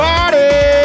Party